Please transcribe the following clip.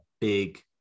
big